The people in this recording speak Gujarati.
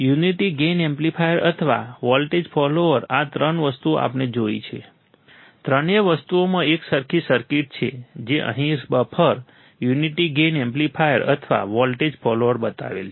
યુનિટી ગેઇન એમ્પ્લીફાયર અથવા વોલ્ટેજ ફોલોઅર આ ત્રણ વસ્તુઓ આપણે જોઈ છે ત્રણેય વસ્તુઓમાં એક સરખી સર્કિટ છે જે અહીં બફર યુનિટી ગેઈન એમ્પ્લીફાયર અથવા વોલ્ટેજ ફોલોઅર બતાવેલ છે